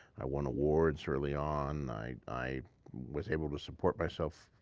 i won awards early on. i i was able to support myself,